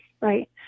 right